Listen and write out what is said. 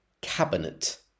cabinet